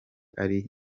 ari